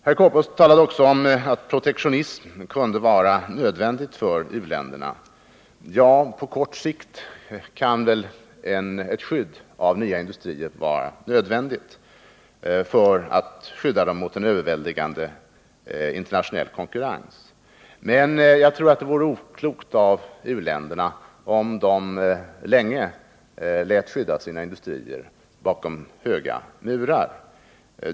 Herr Korpås talade också om att protektionism kunde vara nödvändig för u-länderna. Jag kan hålla med om att det i fråga om nya industrier kan vara nödvändigt med ett skydd mot en överväldigande internationell konkurrens, men jag tror att det vore oklokt av u-länderna att för längre tid låta skydda sina industrier bakom höga murar.